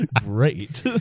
great